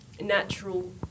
natural